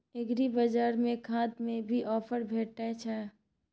एग्रीबाजार में खाद में भी ऑफर भेटय छैय?